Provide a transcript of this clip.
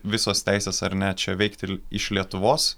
visos teisės ar ne čia veikti iš lietuvos